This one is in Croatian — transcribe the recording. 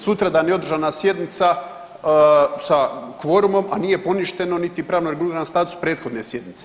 Sutradan je održana sjednica sa kvorumom, a nije poništeno niti pravno reguliran status prethodne sjednice.